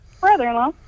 Brother-in-law